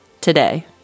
today